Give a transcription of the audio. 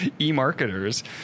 e-marketers